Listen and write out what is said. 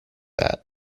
that